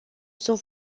sunt